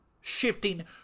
Shifting